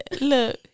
Look